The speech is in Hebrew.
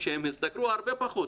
כשהם השתכרו הרבה פחות,